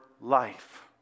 life